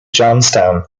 johnstown